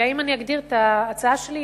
ואם אני אגדיר את ההצעה שלי,